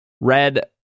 Red